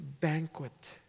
banquet